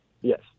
Yes